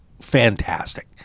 fantastic